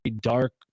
dark